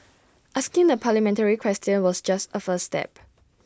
asking the parliamentary question just A first step